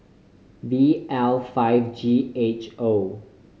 V L five G H O